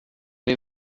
den